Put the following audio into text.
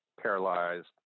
paralyzed